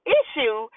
issue